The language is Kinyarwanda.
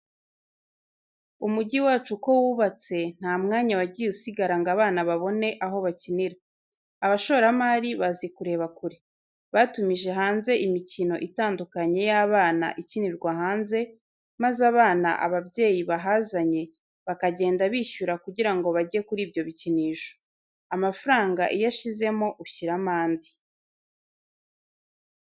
Umujyi wacu uko wubatse, nta mwanya wagiye usigara ngo abana babone aho bakinira. Abashoramari bazi kureba kure, batumije hanze imikino itandukanye y'abana ikinirwa hanze, maze abana ababyeyi bahazanye, bakagenda bishyura kugira ngo bajye kuri ibyo bikinisho. Amafaranga iyo ashizemo ushyiramo andi.